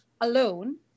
alone